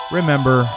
remember